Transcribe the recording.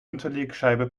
unterlegscheibe